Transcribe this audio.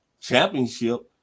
championship